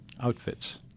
outfits